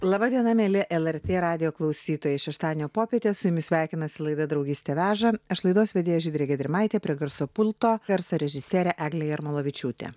laba diena mieli lrt radijo klausytojai šeštadienio popietę su jumis sveikinasi laida draugystė veža aš laidos vedėja žydrė gedrimaitė prie garso pulto garso režisierė eglė jarmolavičiūtė